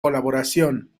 colaboración